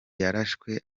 yarashwe